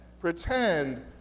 pretend